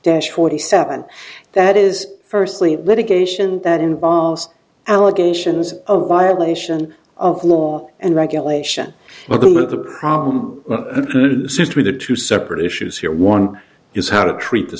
dash forty seven that is firstly litigation that involves allegations of violation of law and regulation of the prom suit through the two separate issues here one is how to treat the